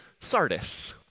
Sardis